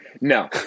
No